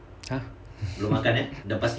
!huh!